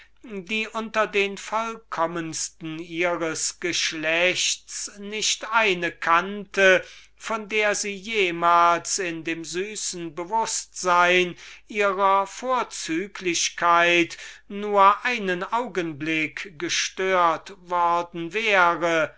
welche unter den vollkommensten ihres geschlechts nicht eine kannte von der sie jemals in dem süßen bewußtsein ihrer vorzüglichkeit nur einen augenblick gestört worden wäre mit